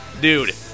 Dude